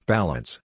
Balance